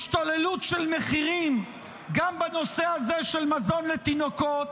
השתוללות של מחירים גם בנושא הזה של מזון לתינוקות,